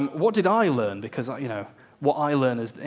um what did i learn? because you know what i learned,